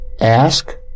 Ask